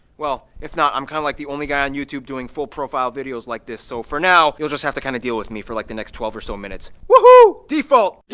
well, if not i'm kind of like the only guy on youtube doing full profile videos like this, so for now you'll just have to kind of deal with me for like the next twelve or so minutes. woohoo, default!